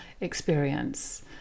experience